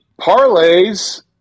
Parlays